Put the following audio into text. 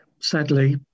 Sadly